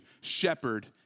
shepherd